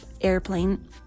airplane